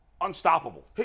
Unstoppable